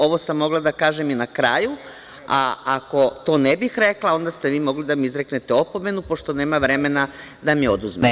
Ovo sam mogla da kažem i na kraju, a ako to ne bih rekla, onda ste vi mogli da mi izreknete opomenu pošto nema vremena da mi oduzmete.